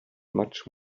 much